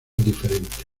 diferentes